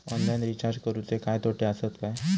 Online recharge करुचे काय तोटे आसत काय?